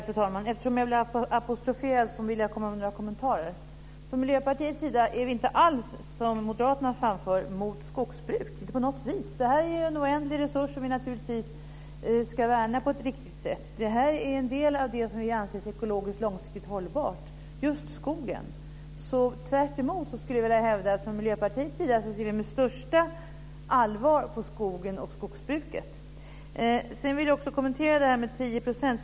Fru talman! Eftersom jag blivit apostroferad vill jag göra några kommentarer. Vi är från Miljöpartiets sida inte på något vis, som moderaterna anför, mot skogsbruk. Det gäller en oändlig resurs, som vi naturligtvis ska värna på ett riktigt sätt. Just skogen är en del av det som vi anser är ekologiskt långsiktigt hållbart. Jag skulle tvärtemot från Miljöpartiets sida vilja hävda att vi ser med största allvar på skogen och skogsbruket. Jag vill också kommentera de 10 %.